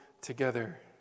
together